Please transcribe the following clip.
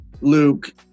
Luke